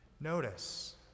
notice